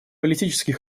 политический